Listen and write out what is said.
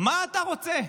מה אתה רוצה?